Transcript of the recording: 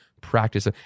practice